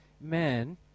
man